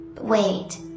Wait